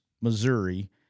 Missouri